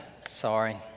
sorry